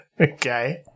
Okay